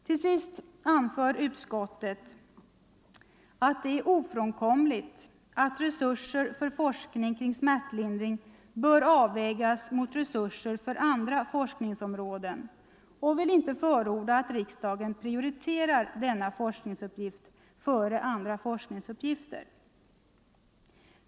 Till sist anför utskottet att det är ofrånkomligt att resurser för forskning kring smärtlindring bör avvägas mot resurser för andra forskningsområden och vill inte förorda att riksdagen prioriterar denna forskningsuppgift före andra forskningsuppgifter.